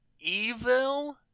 evil